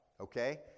Okay